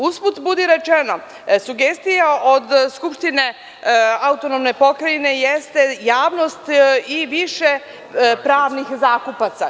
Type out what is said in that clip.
Usput, budi rečno, sugestija od Skupštine AP jeste - javnost i više pravnih zakupaca.